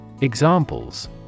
Examples